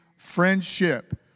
friendship